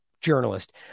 journalist